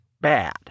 bad